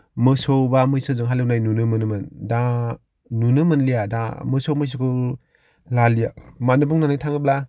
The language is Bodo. मोसौ बा मैसोजों हालेवनाय नुनो मोनोमोन दा नुनो मोनलिया दा मोसौ मैसोखौ लालिया मानो होन्नानै बुंनो थाङोब्ला